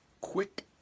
quick